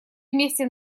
вместе